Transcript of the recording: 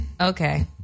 Okay